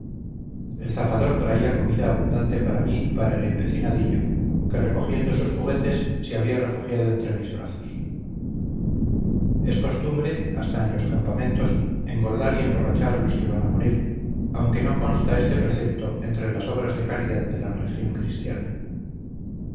el zapador traía comida abundante para mí y para el empecinadillo que recogiendo sus juguetes se había refugiado entre mis brazos es costumbre hasta en los campamentos engordar y emborrachar a los que van a morir aunque no consta este precepto entre las obras de caridad de la religión cristiana